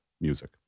music